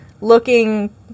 looking